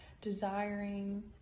desiring